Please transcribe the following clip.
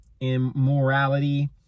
immorality